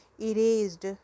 erased